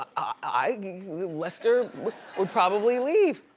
i mean lester would probably leave.